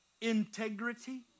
integrity